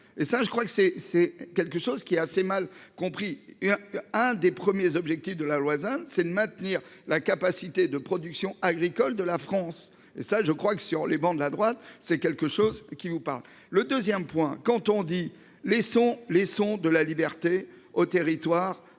et ça je crois que c'est c'est quelque chose qui est assez mal compris. Un des premiers objectifs de la loi, c'est de maintenir la capacité de production agricole de la France. Ça je crois que sur les bancs de la droite, c'est quelque chose qui vous parle le 2ème point. Quand on dit laissons laissons de la liberté aux territoires